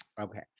Okay